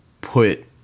put